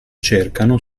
cercano